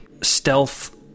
stealth